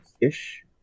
ish